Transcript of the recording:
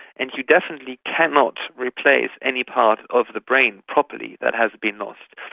and you definitely cannot replace any part of the brain properly that has been lost.